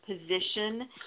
position